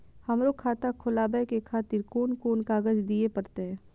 हमरो खाता खोलाबे के खातिर कोन कोन कागज दीये परतें?